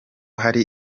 hari